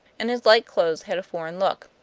and his light clothes had a foreign look.